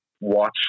watch